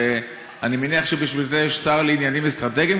ואני מניח שבשביל זה יש שר לעניינים אסטרטגיים,